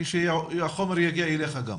כשהחומר יגיע אליך.